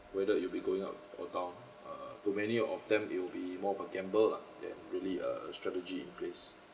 whether it will be going up or down uh to many of them it will be more of a gamble lah than really a strategy in place